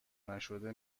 نشده